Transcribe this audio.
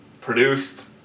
produced